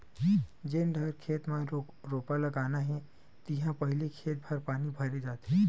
जेन डहर खेत म रोपा लगाना हे तिहा पहिली खेत भर पानी भरे जाथे